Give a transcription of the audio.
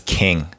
king